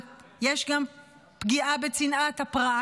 יש גם פגיעה בצנעת הפרט,